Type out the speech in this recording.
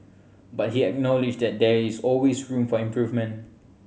but he acknowledged that there is always room for improvement